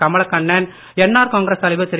Kamalakannan NR Congress தலைவர் திரு